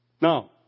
Now